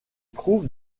trouve